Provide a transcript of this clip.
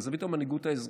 בזווית המנהיגות האזרחית.